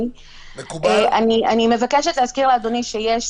אני מבקשת להזכיר לאדוני שיש